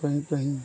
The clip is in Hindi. कहीं कहीं